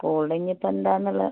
സ്കൂളിൽ ഇനിയിപ്പോൾ എന്താണെന്നുള്ളത്